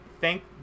thank